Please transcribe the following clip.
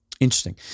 Interesting